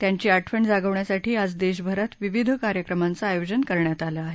त्यांची आठवण जागवण्यासाठी आज देशभरात विविध कार्यक्रमांचं आयोजन करण्यात आलं आहे